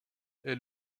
est